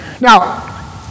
Now